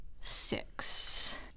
Six